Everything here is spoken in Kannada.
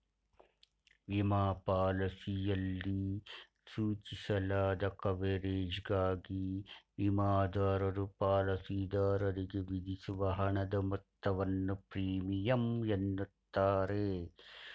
ವಿಮಾ ಪಾಲಿಸಿಯಲ್ಲಿ ಸೂಚಿಸಲಾದ ಕವರೇಜ್ಗಾಗಿ ವಿಮಾದಾರರು ಪಾಲಿಸಿದಾರರಿಗೆ ವಿಧಿಸುವ ಹಣದ ಮೊತ್ತವನ್ನು ಪ್ರೀಮಿಯಂ ಎನ್ನುತ್ತಾರೆ